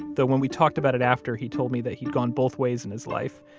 though when we talked about it after, he told me that he'd gone both ways in his life.